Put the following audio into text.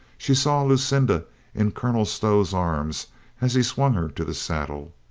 she saw lucinda in colonel stow's arms as he swung her to the saddle.